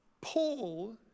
Paul